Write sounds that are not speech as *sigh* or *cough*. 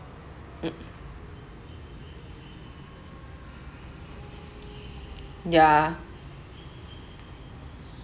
*noise* yeah